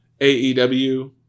AEW